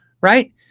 Right